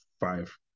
five